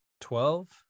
Twelve